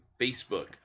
Facebook